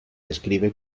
describe